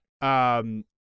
Um-